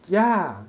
yeah